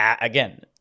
again